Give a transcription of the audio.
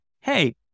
hey